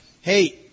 Hey